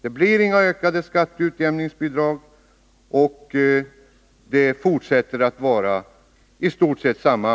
Det blir inga ökade skatteutjämningsbidrag, och antalet outhyrda lägenheter är i stort sett detsamma.